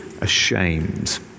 ashamed